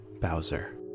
Bowser